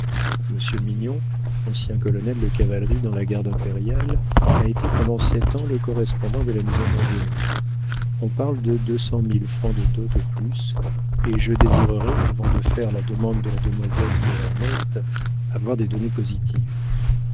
mignon ancien colonel de cavalerie dans la garde impériale a été pendant sept ans le correspondant de la maison mongenod on parle de deux cent mille francs de dot au plus et je désirerais avant de faire la demande de la demoiselle pour ernest avoir des données positives